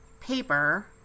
paper